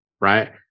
right